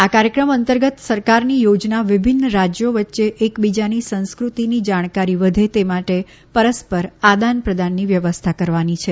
આ કાર્યક્રમ અંતર્ગત સરકારની યોજના વિભિન્ન રાજ્યો વચ્ચે એકબીજાની સંસ્કૃતની જાણકારી વધે તે માટે પરસ્પર આદાન પ્રદાનની વ્યવસ્થા કરવાની છે